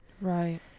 Right